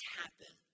happen